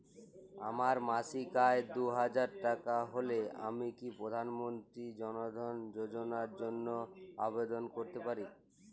আমার মাসিক আয় দুহাজার টাকা হলে আমি কি প্রধান মন্ত্রী জন ধন যোজনার জন্য আবেদন করতে পারি?